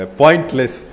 pointless